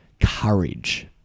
courage